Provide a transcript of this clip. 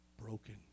broken